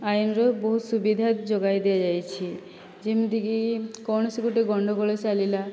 ଆଇନ୍ର ବହୁତ ସୁବିଧା ଯୋଗାଇଦିଆଯାଇଛି ଯେମିତିକି କୌଣସି ଗୋଟିଏ ଗଣ୍ଡଗୋଳ ଚାଲିଲା